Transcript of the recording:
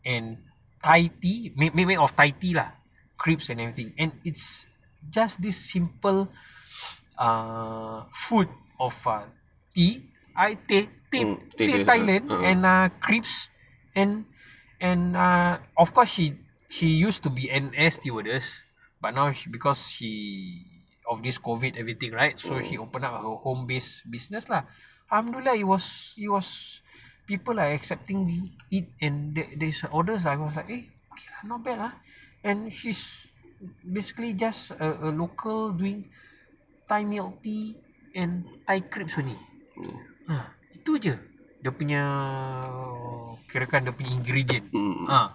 and thai tea made made made of thai tea lah crepes and everything and just this simple err food of uh tea I think tea tea thailand and uh crepes and and err of course she use to be an air stewardess but now she because she of this COVID everything right so she open a home based business lah alhamdulillah it was it was people like accepting it and that they order and I was like eh not bad ah and she's basically just a local doing thai milk tea and thai crepes only uh itu jer dia punya kirakan dia punya ingredient ah